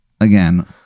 again